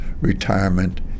Retirement